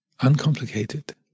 uncomplicated